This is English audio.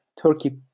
Turkey